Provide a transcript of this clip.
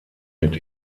mit